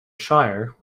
shire